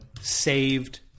saved